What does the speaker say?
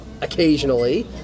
occasionally